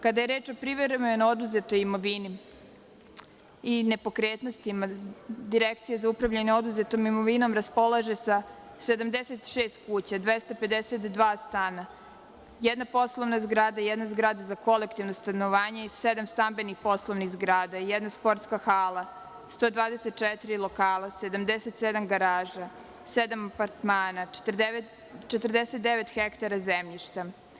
Kada je reč o privremeno oduzetoj imovini i nepokretnostima, Direkcija za upravljanje oduzetom imovinom raspolaže sa 76 kuća, 252 stana, jedna poslovna zgrada, jedna zgrada za kolektivno stanovanje i sedam stambenih poslovnih zgrada, jedna sportska hala, 124 lokala, 77 garaža, sedam apartmana, 49 hektara zemljišta.